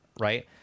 Right